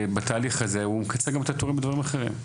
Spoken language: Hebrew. בתהליך הזה הוא מקצר גם את התורים בדברים אחרים.